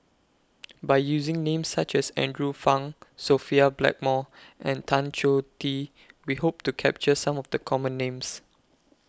By using Names such as Andrew Phang Sophia Blackmore and Tan Choh Tee We Hope to capture Some of The Common Names